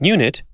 Unit